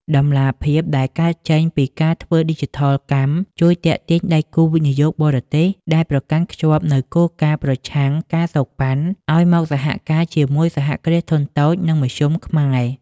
តម្លាភាពដែលកើតចេញពីការធ្វើឌីជីថលកម្ម ជួយទាក់ទាញដៃគូវិនិយោគបរទេសដែលប្រកាន់ខ្ជាប់នូវគោលការណ៍ "ប្រឆាំង ការសូកប៉ាន់" ឱ្យមកសហការជាមួយ សហគ្រាសធុនតូច និងមធ្យម ខ្មែរ។